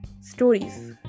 stories